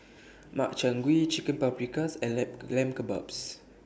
Makchang Gui Chicken Paprikas and Lamb Lamb Kebabs